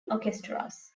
orchestras